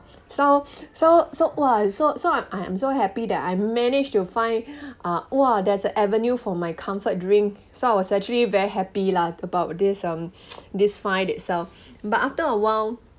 so so so !wah! so so I'm I am so happy that I managed to find ah !wah! there's an avenue for my comfort drink so I was actually very happy lah about this um this find itself but after a while